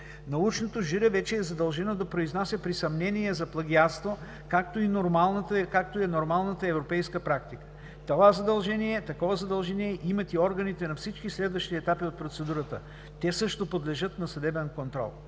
Научното жури вече е задължено да се произнася при съмнения за плагиатство, както е нормалната европейска практика. Такова задължение имат и органите на всички следващи етапи от процедурата. Те също подлежат на съдебен контрол.